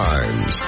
Times